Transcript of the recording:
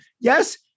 yes